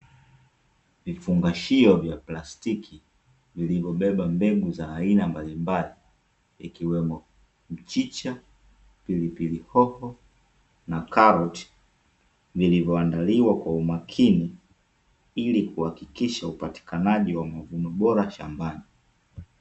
Vifungashio vya plastiki vilivyobeba mbegu za aina mbalimbali ikiwemo mchicha, pilipili hoho na karoti, vilivyoandaliwa kwa umakini ili kuhakikisha upatikanaji wa mavuno bora shambani.